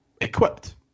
equipped